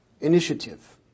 initiative